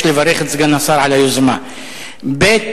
יש לברך את סגן השר על היוזמה, ב.